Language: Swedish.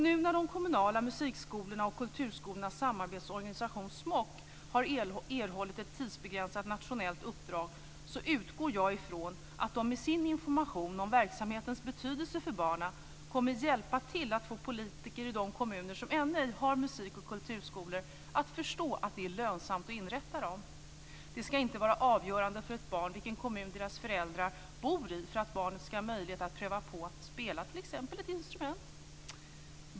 Nu när de kommunala musikskolornas och kulturskolornas samarbetsorganisation SMOK har erhållit ett tidsbegränsat nationellt uppdrag utgår jag från att man med sin information om verksamhetens betydelse för barnen kommer att hjälpa till att få politiker i de kommuner som ännu ej har musik och kulturskolor att förstå att det är lönsamt att inrätta dem. Vilken kommun ett barns föräldrar bor i ska inte vara avgörande för att barnet ska ha möjlighet att pröva på att t.ex. spela ett instrument.